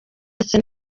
ndetse